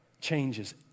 changes